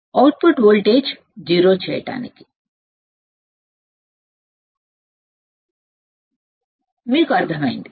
output voltage ని సున్నా చేయడానికి మీకు అర్థమైందా